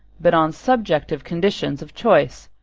but on subjective conditions of choice,